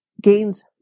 gains